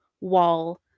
Wall